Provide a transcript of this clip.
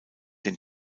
den